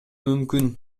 мүмкүн